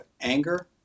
anger